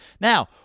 Now